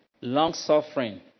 long-suffering